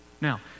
Now